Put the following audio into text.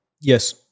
yes